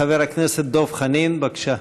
חבר הכנסת דב חנין, בבקשה.